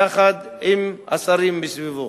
יחד עם השרים מסביבו.